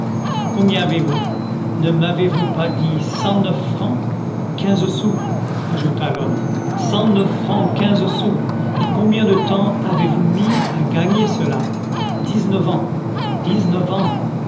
combien avez-vous ne m'avez-vous pas dit cent neuf francs quinze sous ajouta l'homme cent neuf francs quinze sous et combien de temps avez-vous mis à gagner cela dix-neuf ans dix-neuf ans